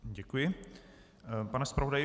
Děkuji, pane zpravodaji.